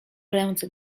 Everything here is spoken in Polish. ręce